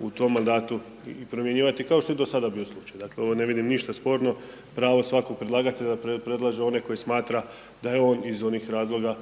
u tom mandatu i promjenjivati, kao što se i do sada bio slučaj. Dakle, ovo ne vidim ništa sporno, pravo svakog predlagatelja predlaže onaj koji smatra da je on iz onih razloga,